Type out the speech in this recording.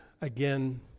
again